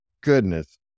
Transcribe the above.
goodness